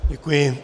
Děkuji.